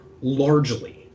largely